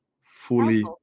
fully